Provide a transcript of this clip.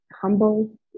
humble